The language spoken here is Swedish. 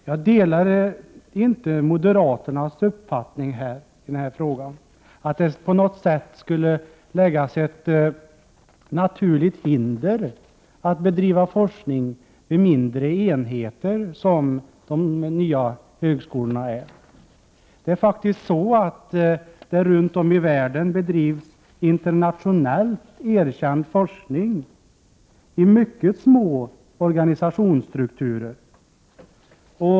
Jag delar inte moderaternas uppfattning i denna fråga, att det på något sätt skulle läggas ett naturligt hinder för att bedriva forskning vid sådana mindre enheter som de nya högskolorna utgör. Runt om i världen bedrivs det internationellt erkänd forskning inom mycket små organisationsstrukturer.